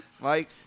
mike